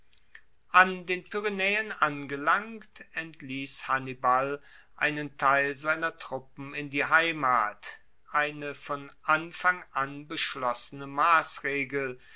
an den pyrenaeen angelangt entliess hannibal einen teil seiner truppen in die heimat eine von anfang an beschlossene massregel